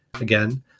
Again